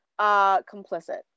complicit